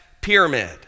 pyramid